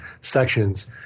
sections